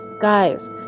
Guys